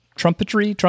trumpetry